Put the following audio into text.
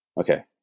Okay